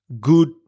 good